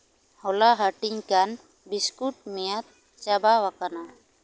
ᱦᱚᱞᱟ ᱦᱟᱴᱤᱧ ᱟᱠᱟᱱ ᱵᱤᱥᱠᱩᱴ ᱢᱮᱭᱟᱫ ᱪᱟᱵᱟᱣᱟᱠᱟᱱᱟ